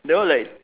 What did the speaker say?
that one like